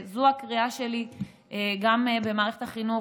וזו הקריאה שלי, גם במערכת החינוך.